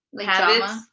habits